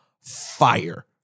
fire